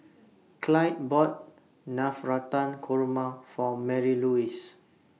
Clyde bought Navratan Korma For Marylouise